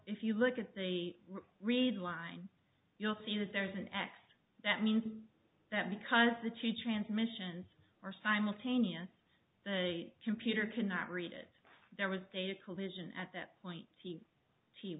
if you look at the read line you'll see that there is an x that means that because the change transmissions are simultaneous the computer cannot read it there was data collision at that point t t